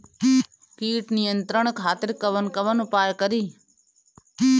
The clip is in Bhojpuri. कीट नियंत्रण खातिर कवन कवन उपाय करी?